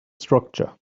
structure